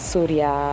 Surya